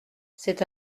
c’est